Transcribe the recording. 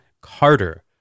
Carter